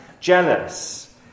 jealous